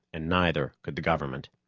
and neither could the government.